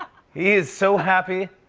he's so happy.